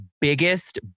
biggest